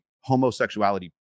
homosexuality